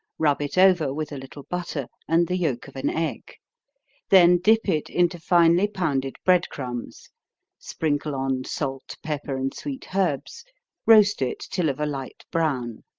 rub it over with a little butter, and the yelk of an egg then dip it into finely pounded bread crumbs sprinkle on salt, pepper, and sweet herbs roast it till of a light brown.